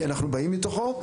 כי אנחנו באים מתוכו,